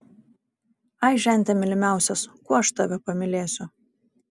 ai žente mylimiausias kuo aš tave pamylėsiu